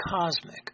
Cosmic